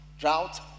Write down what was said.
drought